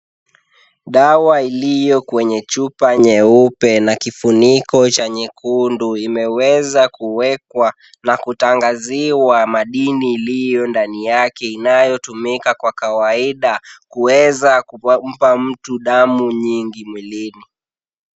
Dawa iliyo kwenye chupa nyeupe na kifuniko cha nyekundu imeweza kuwekwa na kutangaziwa madini iliyo ndani yake inayotumika kwa kawaida kuweza kumpa mtu damu nyingi mwilini.